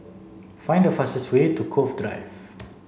find the fastest way to Cove Drive